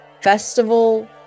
festival